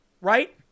right